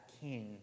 king